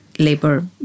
labor